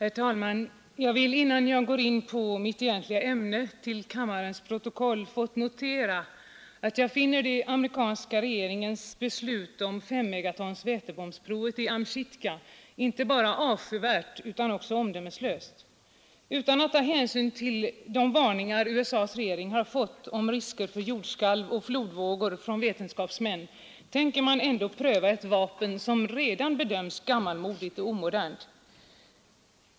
Herr talman! Jag vill innan jag går in på mitt egentliga ämne till kammarens protokoll få noterat att jag finner den amerikanska regeringens beslut om provet med en fem megatons vätebomb i Amchitka inte bara är avskyvärt utan också omdömeslöst. Utan att ta hänsyn till de varningar USA:s regering har fått från vetenskapsmän om risker för jordskalv och flodvågor tänker man ändå pröva ett vapen som redan bedöms som gammalmodigt och omodernt.